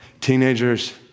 teenagers